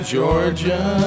Georgia